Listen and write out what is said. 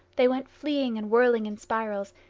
they went fleeing and whirling in spirals,